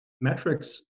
metrics